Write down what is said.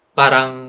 parang